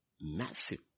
massive